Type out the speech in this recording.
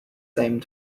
same